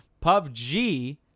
PUBG